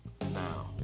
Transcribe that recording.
now